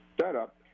setup